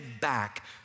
back